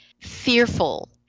fearful